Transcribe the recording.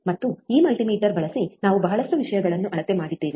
ಮತ್ತು ಈ ಮಲ್ಟಿಮೀಟರ್ ಬಳಸಿ ನಾವು ಬಹಳಷ್ಟು ವಿಷಯಗಳನ್ನು ಅಳತೆ ಮಾಡಿದ್ದೇವೆ